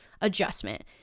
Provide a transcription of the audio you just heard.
adjustment